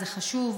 זה חשוב.